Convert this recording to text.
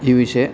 U S A